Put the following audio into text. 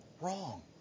wrong